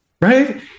Right